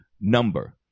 number